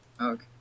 Okay